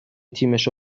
تیمشو